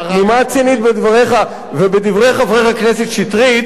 נימה צינית בדבריך ובדברי חבר הכנסת שטרית.